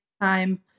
Time